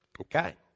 Okay